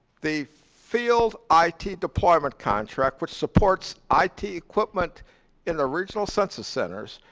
the field i t. deployment contract, which supports i t. equipment in the regional census centers,